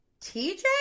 TJ